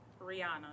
Rihanna